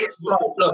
look